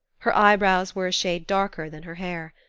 her eyebrows were a shade darker than her hair.